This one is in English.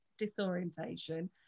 disorientation